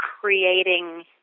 creating